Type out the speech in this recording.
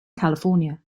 california